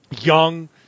young